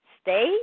stay